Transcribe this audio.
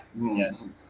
Yes